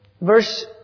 verse